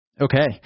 Okay